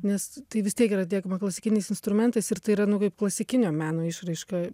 nes tai vis tiek yra tiek klasikiniais instrumentais ir tai yra nu kaip klasikinio meno išraiška